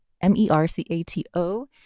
m-e-r-c-a-t-o